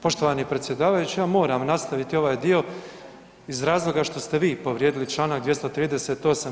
Poštovani predsjedavajući, ja moram nastaviti ovaj dio iz razloga što ste vi povrijedili čl. 238.